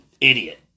idiot